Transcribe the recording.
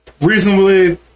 reasonably